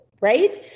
right